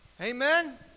Amen